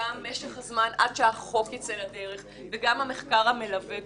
גם משך הזמן עד שהחוק ייצא לדרך וגם המחקר המלווה.